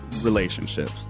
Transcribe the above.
relationships